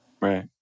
Right